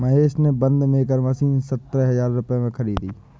महेश ने bund maker machine सतरह हजार रुपए में खरीदी